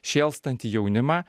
šėlstantį jaunimą